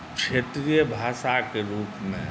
क्षेत्रीय भाषाक रूपमे